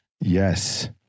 Yes